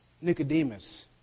Nicodemus